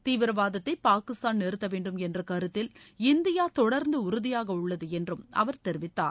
தீவிரவாதத்தை பாகிஸ்தான் நிறுத்த வேண்டும் என்ற கருத்தில் இந்தியா தொடர்ந்து உறுதியாக உள்ளது என்றும் அவர் தெரிவித்தார்